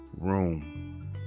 room